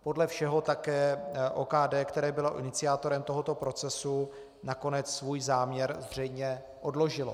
Podle všeho také OKD, které bylo iniciátorem tohoto procesu, nakonec svůj záměr zřejmě odložilo.